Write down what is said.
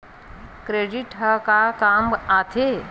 Credit ह का काम आथे?